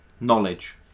Knowledge